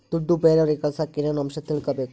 ದುಡ್ಡು ಬೇರೆಯವರಿಗೆ ಕಳಸಾಕ ಏನೇನು ಅಂಶ ತಿಳಕಬೇಕು?